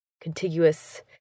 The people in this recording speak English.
contiguous